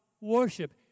worship